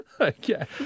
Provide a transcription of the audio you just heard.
Okay